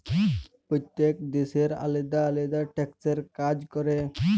প্যইত্তেক দ্যাশের আলেদা আলেদা ট্যাক্সের কাজ ক্যরে